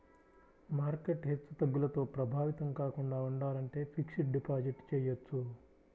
market హెచ్చుతగ్గులతో ప్రభావితం కాకుండా ఉండాలంటే ఫిక్స్డ్ డిపాజిట్ చెయ్యొచ్చు